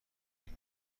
این